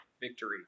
victory